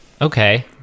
Okay